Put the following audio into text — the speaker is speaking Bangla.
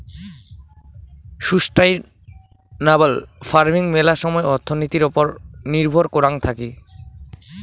সুস্টাইনাবল ফার্মিং মেলা সময় অর্থনীতির ওপর নির্ভর করাং থাকি